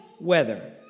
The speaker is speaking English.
weather